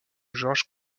georges